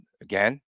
Again